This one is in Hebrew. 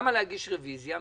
למה להגיד רביזיה?